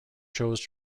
chose